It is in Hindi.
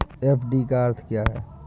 एफ.डी का अर्थ क्या है?